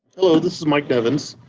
hello, this is mike nevins.